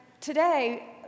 today